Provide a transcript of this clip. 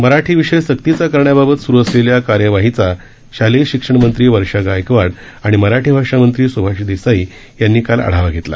मराठी विषय सक्तीचा करण्याबाबत सुरु असलेल्या कार्यवाहीचा शालेय शिक्षण मंत्री वर्षा गायकवाड आणि मराठी भाषा मंत्री सुभाष देसाई यांनी काल आढावा घेतला